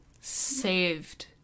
saved